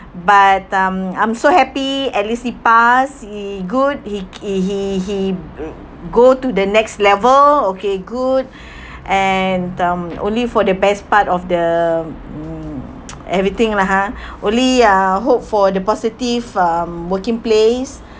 but um I'm so happy at least he passed he good he he he he mm go to the next level okay good and um only for the best part of the mm everything lah ha only uh hope for the positive um working place